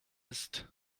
ist